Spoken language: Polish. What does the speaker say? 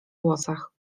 włosach